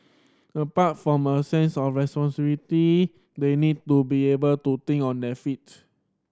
apart from a sense of responsibility they need to be able to think on their feet